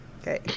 Okay